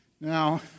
Now